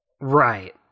Right